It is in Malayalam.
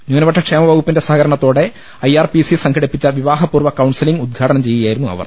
ന്യൂനപക്ഷ ക്ഷേമ വകുപ്പിന്റെ സഹകരണത്തോടെ ഐ ആർ പി സി സംഘടി പ്പിച്ച വിവാഹ പൂർവ്വ കൌൺസിലിംഗ് ഉദ്ഘാടനം ചെയ്യുകയാ യിരുന്നു അവർ